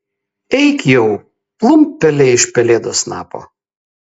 eik jau plumpt pelė iš pelėdos snapo